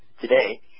today